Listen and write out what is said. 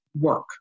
work